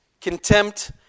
contempt